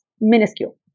minuscule